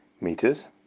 meters